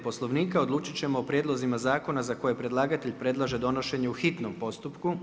Poslovnika odlučit ćemo o prijedlozima zakona za koje predlagatelj predlaže donošenje u hitnom postupku.